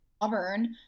Auburn